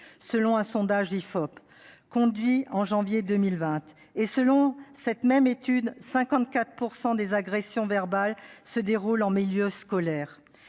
selon un sondage conduit par l'IFOP en janvier 2020 ; selon cette même étude, 54 % des agressions verbales se déroulent en milieu scolaire.